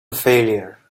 failure